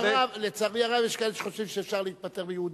לצערי הרב, יש כאלה שחושבים שאפשר להיפטר מיהודים,